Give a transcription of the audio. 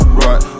right